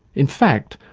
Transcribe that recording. in fact,